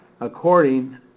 according